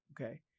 okay